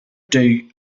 dom